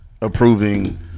approving